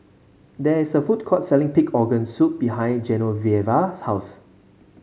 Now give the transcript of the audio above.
there is a food court selling Pig Organ Soup behind Genoveva's house